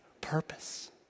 purpose